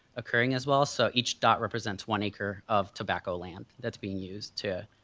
occurring as well. so each dot represents one acre of tobacco land that's being used to